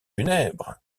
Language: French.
funèbres